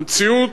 המציאות,